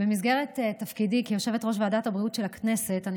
במסגרת תפקידי כיושבת-ראש ועדת הבריאות של הכנסת אני